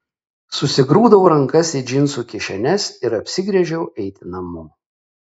susigrūdau rankas į džinsų kišenes ir apsigręžiau eiti namo